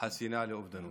חסינה לאובדנות.